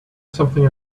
something